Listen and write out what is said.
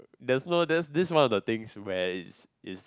there's no there's this one of the things where it's it's